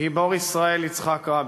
גיבור ישראל יצחק רבין.